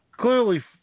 Clearly